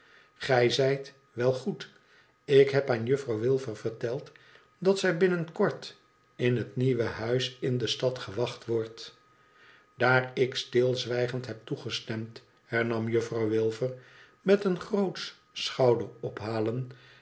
gij zijt wèlgoed ik heb aan juffrouw wilfer verteld dat zij binnen kort in het nieuwe huis in de stad gewacht wordt daar ik stilzwijgend heb toegestemd hernam juffrouw wilfer met een grootsch schouder ophalen